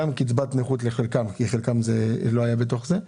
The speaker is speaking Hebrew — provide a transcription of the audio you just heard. גם קצבת נכות בחלקם כי חלקם לא היו בתוך זה,